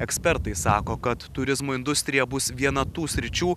ekspertai sako kad turizmo industrija bus viena tų sričių